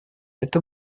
это